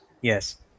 Yes